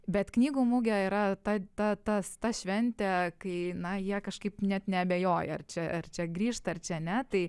bet knygų mugė yra ta ta tas ta šventė kai na jie kažkaip net neabejoja ar čia ar čia grįžt ar čia ne tai